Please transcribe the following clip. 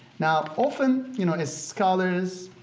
now, often you know ah scholars,